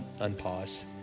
unpause